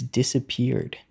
disappeared